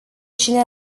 cine